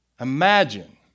Imagine